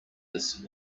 this